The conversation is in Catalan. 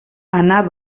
anar